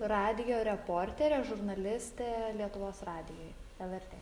radijo reporterė žurnalistė lietuvos radijuj lrt